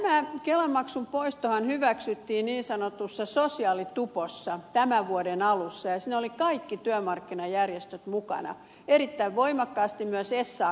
tämä kelamaksun poistohan hyväksyttiin niin sanotussa sosiaalitupossa tämän vuoden alussa ja siinä olivat kaikki työmarkkinajärjestöt mukana erittäin voimakkaasti myös sak